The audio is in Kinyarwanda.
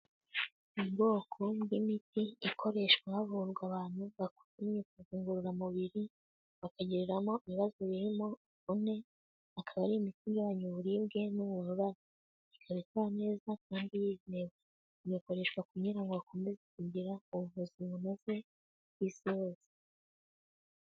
Ubwoko bw'imiti ikoreshwa havurwa abantu bakora imyitozo ngororamubiri bakagiriramo ibibazo birimo imvune, akaba ari imiti igabanya uburibwe n'ububabare, ikaba ikora neza kandi yizewe, igakoreshwa kugira ngo hakomezwe kugira ubuvuzi bunoze ku Isi yose.